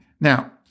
Now